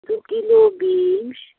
দুকিলো beans